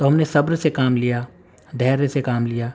تو ہم نے صبر سے کام لیا دھیرے سے کام لیا